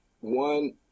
One